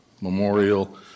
memorial